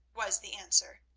was the answer,